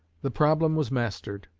the problem was mastered,